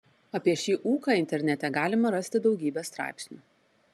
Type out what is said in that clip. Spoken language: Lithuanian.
apie šį ūką internete galima rasti daugybę straipsnių